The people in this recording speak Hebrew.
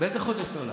באיזה חודש נולדת?